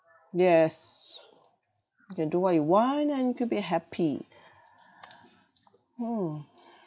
yes you can do what you want and you could be happy mm